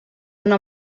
una